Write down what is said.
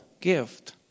gift